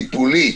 טיפולית,